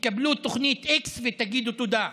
תקבלו תוכנית איקס ותגידו תודה.